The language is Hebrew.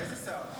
איזה שר?